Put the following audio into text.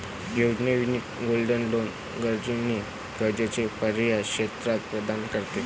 योजना, union gold loan गरजूंना कर्जाचा पर्यायी स्त्रोत प्रदान करते